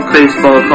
Baseball